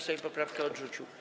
Sejm poprawkę odrzucił.